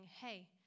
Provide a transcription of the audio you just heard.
hey